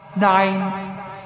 Nine